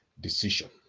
decision